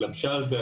התלבשה על זה,